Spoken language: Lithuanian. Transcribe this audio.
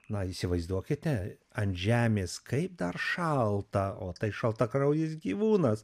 na įsivaizduokite ant žemės kaip dar šalta o tai šaltakraujis gyvūnas